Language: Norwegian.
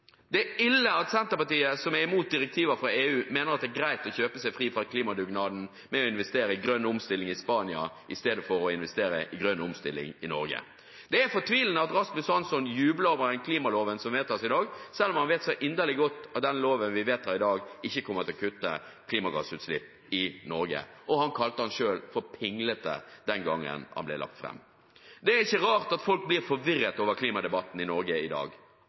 Det er ille at Senterpartiet, som er imot direktiver fra EU, mener det er greit å kjøpe seg fri fra klimadugnaden ved å investere i grønn omstilling i Spania i stedet for å investere i grønn omstilling i Norge. Det er fortvilende at Rasmus Hansson jubler over klimaloven som vedtas i dag, selv om han vet så inderlig godt at den loven vi vedtar i dag, ikke kommer til å kutte klimagassutslipp i Norge, og han kalte den selv for pinglete den gangen den ble lagt fram. Det er ikke rart at folk blir forvirret over klimadebatten i Norge i dag.